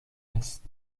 است